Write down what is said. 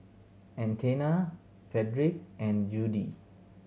Athena Fredric and Judie